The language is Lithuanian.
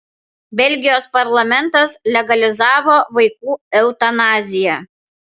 belgijos parlamentas legalizavo vaikų eutanaziją